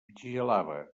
vigilava